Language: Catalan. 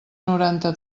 noranta